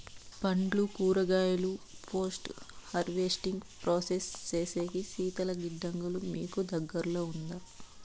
పండ్లు కూరగాయలు post harvesting process సేసేకి శీతల గిడ్డంగులు మీకు దగ్గర్లో ఉందా?